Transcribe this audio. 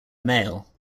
mail